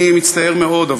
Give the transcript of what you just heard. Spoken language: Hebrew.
אני מצטער מאוד,